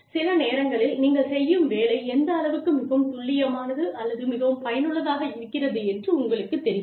சில நேரங்களில் நீங்கள் செய்யும் வேலை எந்த அளவுக்கு மிகவும் துல்லியமானது அல்லது மிகவும் பயனுள்ளதாக இருக்கிறது என்று உங்களுக்குத் தெரியும்